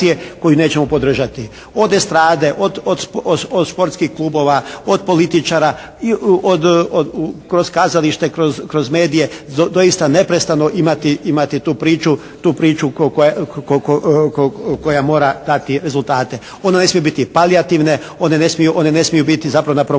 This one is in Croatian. Od estrade, od sportskih klubova, od političara i od, kroz kazalište, kroz medije, doista neprestano imati tu priču, tu priču koja mora dati rezultate. Ona ne smije biti palijativne, one ne smiju, one ne smiju biti zapravo na promociji